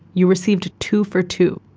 you received two for two.